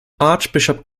archbishop